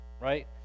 Right